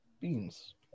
beans